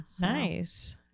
nice